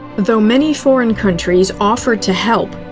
though many foreign countries offered to help,